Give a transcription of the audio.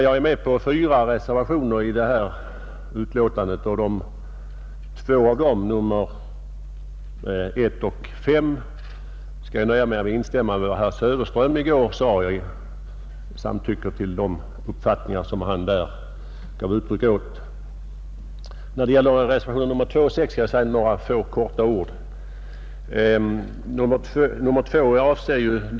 Jag är med på fyra reservationer i detta betänkande, och när det gäller två av dem — nr 1 och nr 5 — skall jag nöja mig med att instämma i vad herr Söderström i går sade. Jag biträder de uppfattningar han gav uttryck åt. När det gäller reservationerna 2 och 6 skall jag i all korthet säga några ord.